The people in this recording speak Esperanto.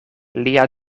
lia